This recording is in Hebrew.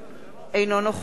אברהם דיכטר,